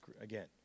again